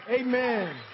amen